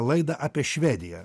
laidą apie švediją